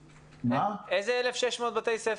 איזה 1,600 בתי ספר?